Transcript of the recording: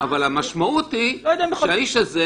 אבל המשמעות היא שלאיש הזה